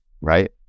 right